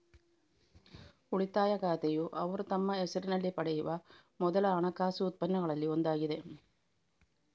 ಉಳಿತಾಯ ಖಾತೆಯುಅವರು ತಮ್ಮ ಹೆಸರಿನಲ್ಲಿ ಪಡೆಯುವ ಮೊದಲ ಹಣಕಾಸು ಉತ್ಪನ್ನಗಳಲ್ಲಿ ಒಂದಾಗಿದೆ